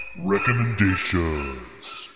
Recommendations